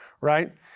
right